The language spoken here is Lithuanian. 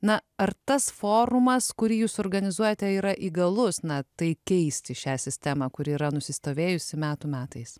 na ar tas forumas kurį jūs organizuojate yra įgalus na tai keisti šią sistemą kuri yra nusistovėjusi metų metais